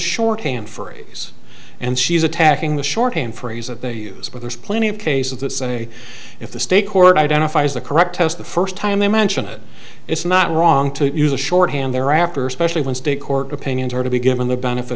shorthand phrase and she's attacking the shorthand phrase that they use but there's plenty of cases that say if the state court identifies the correct test the first time they mention it it's not wrong to use a shorthand thereafter especially when state court opinions are to be given the benefit